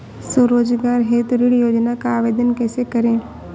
स्वरोजगार हेतु ऋण योजना का आवेदन कैसे करें?